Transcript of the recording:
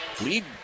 Lead